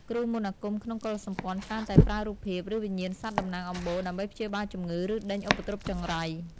គ្រូមន្តអាគមក្នុងកុលសម្ព័ន្ធ ច្រើនតែប្រើរូបភាព ឬវិញ្ញាណសត្វតំណាងអំបូរ ដើម្បីព្យាបាលជំងឺ ឬដេញឧបទ្រពចង្រៃ។